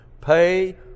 Pay